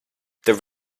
the